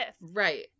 Right